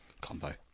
Combo